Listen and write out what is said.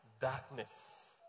Darkness